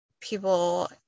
people